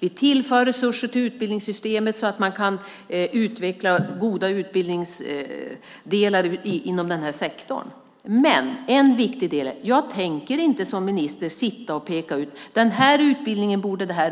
Vi tillför resurser till utbildningssystemet så att man kan utveckla goda utbildningsdelar inom den här sektorn. Men en viktig sak är: Jag tänker inte som minister sitta och peka ut att det här universitetet borde ha